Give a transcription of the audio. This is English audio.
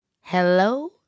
Hello